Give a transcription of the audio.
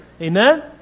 Amen